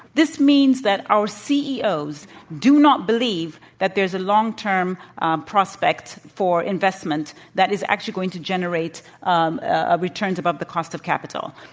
this means that our ceos do not believe that there's a long-term prospect for investment that is actually going to generate um ah returns above the cost of capital.